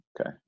Okay